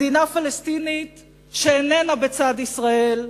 מדינה פלסטינית שאיננה בצד ישראל,